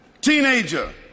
teenager